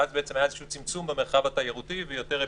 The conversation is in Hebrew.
ואז היה איזשהו צמצום במרחב התיירותי ויותר אפידמיולוגיה.